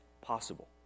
possible